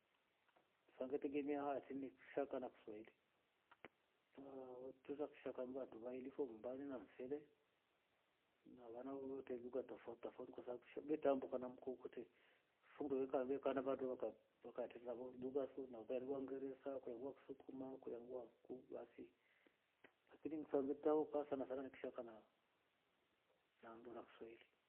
sa nge tegema hati ni kishaka na kiswahili, aahh utwera kishaka mvia ndula ilifo umbani na mfere na vnala wote lugha tafouti tafou kwasabau shee vatambuka na mkokote fungurika ve kana vandua kap boka teta vo ndigwa sunavo kwadua ngeresa kulangua kisukuma kulangua ku wasi lakini msangeta woo sana sana ni kishaka na ndo na kiswahili